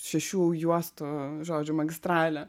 šešių juostų žodžiu magistralė